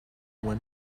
when